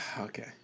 okay